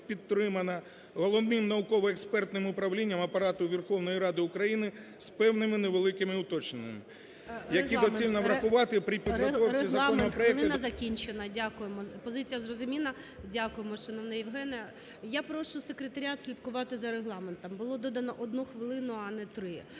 підтримана Головним науково-експертним управлінням Апарату Верховної Ради України з певними невеликими уточненнями, які доцільно врахувати при підготовці законопроекту…